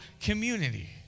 community